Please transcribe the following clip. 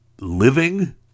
living